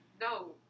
no